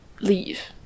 Leave